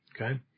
okay